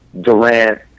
Durant